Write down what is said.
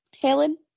Helen